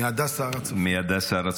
מהדסה הר הצופים.